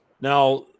Now